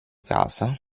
casa